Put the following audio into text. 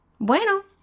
Bueno